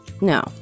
No